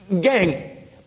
Gang